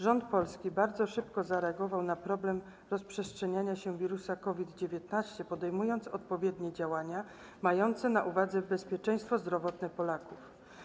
Rząd polski bardzo szybko zareagował na problem rozprzestrzeniania się wirusa COVID-19, podejmując odpowiednie działania mające na uwadze bezpieczeństwo zdrowotne Polaków.